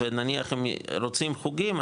ונניח אם רוצים חוגים,